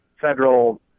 federal